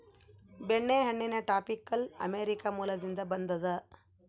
ಬೆಣ್ಣೆಹಣ್ಣಿನ tropical America ಮೂಲದಿಂದ ಬಂದದ